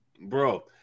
Bro